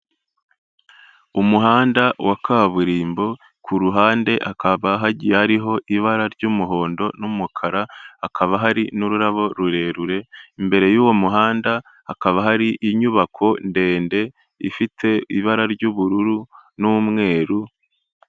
Umuhanda wa kaburimbo ku ruhande hakaba hagiye hariho ibara ry'umuhondo n'umukara, hakaba hari n'ururabo rurerure, imbere y'uwo muhanda hakaba hari inyubako ndende, ifite ibara ry'ubururu n'umweru.